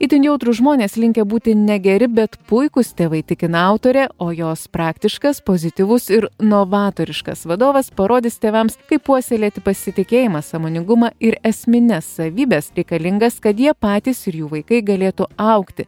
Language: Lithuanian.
itin jautrūs žmonės linkę būti negeri bet puikūs tėvai tikina autorė o jos praktiškas pozityvus ir novatoriškas vadovas parodys tėvams kaip puoselėti pasitikėjimą sąmoningumą ir esmines savybes reikalingas kad jie patys ir jų vaikai galėtų augti